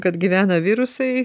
kad gyvena virusai